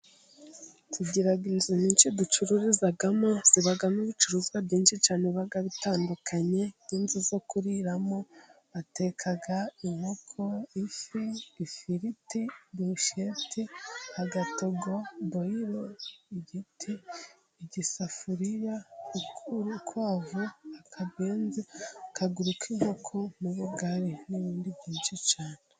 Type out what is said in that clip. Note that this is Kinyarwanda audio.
Tugira inzu nyinshi ducururizamo, zibamo ibicuruzwa byinshi cyane biba bitandukanye. Nk'inzu zo kuriramo bateka inkoko, ifi, ifiriti, burushete, agatogo, boyiro, igiti, igisafuriya, urukwavu, akabenze, akaguru k'inkoko n' ubugari, n'ibindi byinshi cyane.